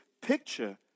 picture